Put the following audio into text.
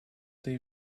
they